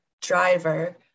driver